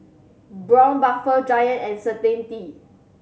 Braun Buffel Giant and Certainty